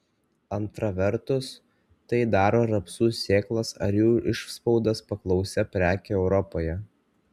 antra vertus tai daro rapsų sėklas ar jų išspaudas paklausia preke europoje